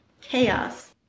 Chaos